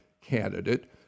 candidate